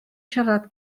siarad